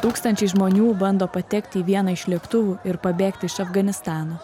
tūkstančiai žmonių bando patekti į vieną iš lėktuvų ir pabėgti iš afganistano